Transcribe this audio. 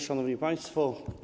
Szanowni Państwo!